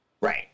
Right